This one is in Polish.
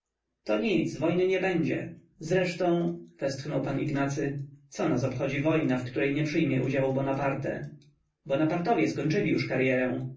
to nic wojny nie będzie zresztą westchnął p ignacy co nas obchodzi wojna w której nie przyjmie udziału bonaparte bonapartowie skończyli już karyerę